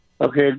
Okay